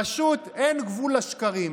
פשוט אין גבול לשקרים,